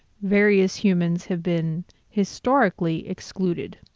various humans have been historically excluded,